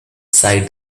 sighed